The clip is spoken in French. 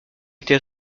été